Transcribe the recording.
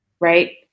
right